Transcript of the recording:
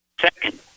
Second